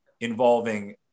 involving